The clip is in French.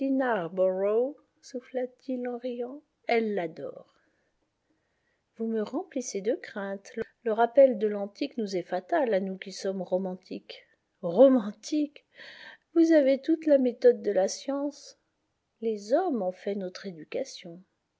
en riant elle l'adore vous me remplissez de crainte le rappel de l'antique nous est fatal à nous qui sommes romantiques romantiques vous avez toute la méthode de la science les hommes ont fait notre éducation